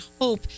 Hope